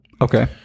okay